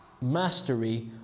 mastery